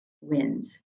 wins